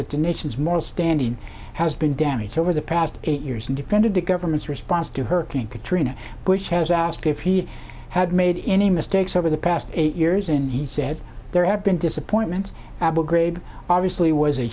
that the nation's moral standing has been damaged over the past eight years and defended the government's response to hurricane katrina which has asked if he had made any mistakes over the past eight years and he said there have been disappointments abu ghraib obviously was a